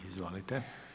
Izvolite.